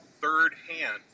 third-hand